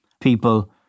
people